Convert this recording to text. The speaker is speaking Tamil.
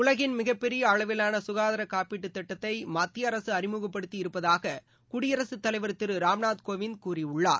உலகின் மிகப்பெரிய அளவிலான சுகாதார காப்பீட்டுத ்திட்டத்தை மத்திய அரசு அறிமுகப்படுத்தி இருப்பதாக குடியரசுத் தலைவர் திரு ராம்நாத் கோவிந்த் கூறியுள்ளார்